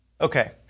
Okay